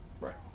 Right